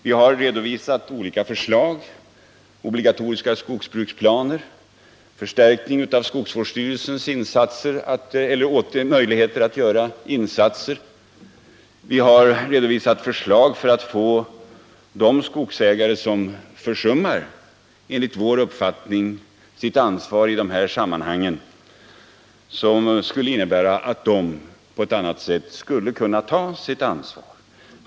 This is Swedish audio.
Vi har redovisat olika förslag, t.ex. obligatoriska skogsbruksplaner, förstärkning av skogsvårdsstyrelsens möjligheter att göra insatser och förslag för att få de skogsägare som, enligt vår uppfattning, är försumliga att på ett annat sätt ta sitt ansvar.